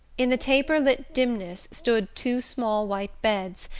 in the taper-lit dimness stood two small white beds,